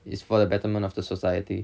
it's for the betterment of the society